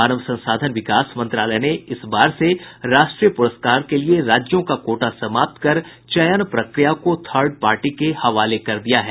मानव संसाधन विकास मंत्रालय ने इस बार से राष्ट्रीय पुरस्कार के लिए राज्यों का कोटा समाप्त कर चयन प्रक्रिया को थर्ड पार्टी के हवाले कर दिया है